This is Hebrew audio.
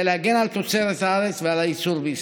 להגן על תוצרת הארץ ועל הייצור בישראל.